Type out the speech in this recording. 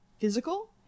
physical